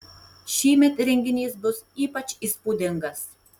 šįmet renginys bus ypač įspūdingas